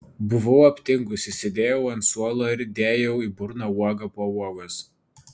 buvau aptingusi sėdėjau ant suolo ir dėjau į burną uogą po uogos